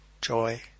joy